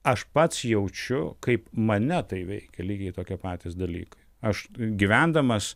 aš pats jaučiu kaip mane tai veikia lygiai tokie patys dalykai aš gyvendamas